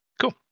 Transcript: Cool